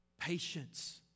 patience